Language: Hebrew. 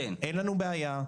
אין לנו בעיה,